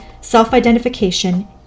self-identification